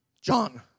John